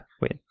Wait